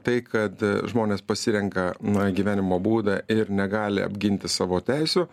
tai kad žmonės pasirenka na gyvenimo būdą ir negali apginti savo teisių